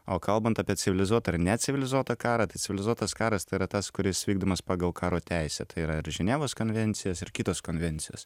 o kalbant apie civilizuotą ar necivilizuotą karą tai civilizuotas karas tai yra tas kuris vykdomas pagal karo teisę tai yra ir ženevos konvencijos ir kitos konvencijos